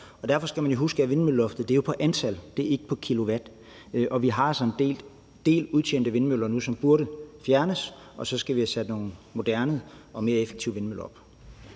derfor skal man huske, at vindmølleloftet er på antal, det er ikke på kilowatt, og vi har altså en del udtjente vindmøller nu, som burde fjernes. Og så skal vi have sat nogle moderne og mere effektive vindmøller op.